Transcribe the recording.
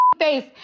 face